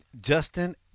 Justin